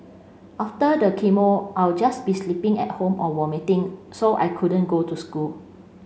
after the chemo I'll just be sleeping at home or vomiting so I couldn't go to school